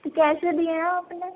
کیسے دیے ہیں آپ نے